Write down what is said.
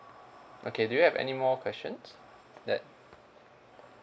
okay do you have any more questions that